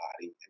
body